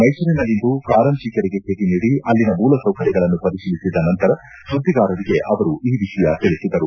ಮೈಸೂರಿನಲ್ಲಿಂದು ಕಾರಂಜಿ ಕೆರೆಗೆ ಭೇಟಿ ನೀಡಿ ಅಲ್ಲಿನ ಮೂಲಸೌಕರ್ಯಗಳನ್ನು ಪರಿಶೀಲಿಸಿದ ನಂತರ ಸುದ್ದಿಗಾರರಿಗೆ ಅವರು ಈ ವಿಷಯ ತಿಳಿಸಿದರು